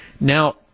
Now